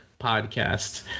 podcast